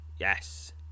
Yes